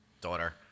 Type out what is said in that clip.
daughter